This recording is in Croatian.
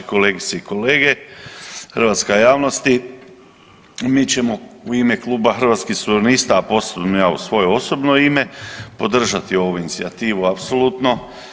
Kolegice i kolege, hrvatska javnosti mi ćemo u ime Kluba Hrvatskih suverenista, a posebno ja u svoje osobno ime podržati ovu inicijativu apsolutno.